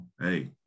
hey